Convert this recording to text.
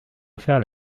offert